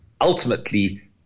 ultimately